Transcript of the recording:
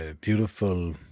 beautiful